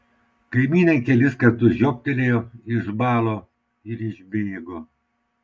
kaimynė kelis kartus žiobtelėjo išbalo ir išbėgo